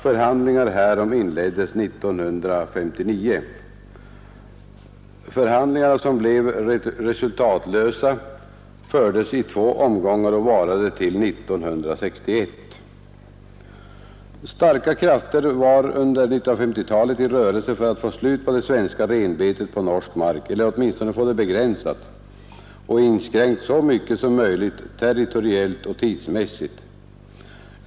Förhandlingar härom inleddes år 1959. Förhandlingarna, som blev resultatlösa, fördes i två omgångar och varade till 1961. Starka krafter var under 1950-talet i rörelse för att få slut på det svenska renbetet på norsk mark eller åtminstone få det begränsat och inskränkt så mycket som möjligt territoriellt och tidsmässigt.